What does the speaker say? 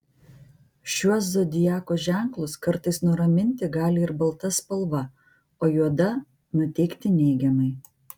šiuos zodiako ženklus kartais nuraminti gali ir balta spalva o juoda nuteikti neigiamai